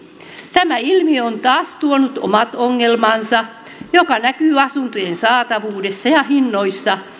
tämä ilmiö on taas tuonut omat ongelmansa mikä näkyy asuntojen saatavuudessa ja hinnoissa